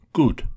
good